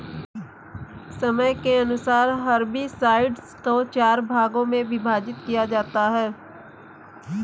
समय के अनुसार हर्बिसाइड्स को चार भागों मे विभाजित किया है